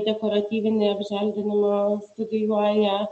dekoratyvinį apželdinimą studijuoja